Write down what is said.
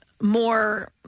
more